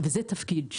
וזה תפקיד,